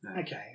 Okay